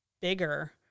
bigger